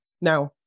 Now